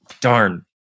Darn